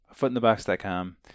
footinthebox.com